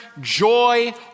joy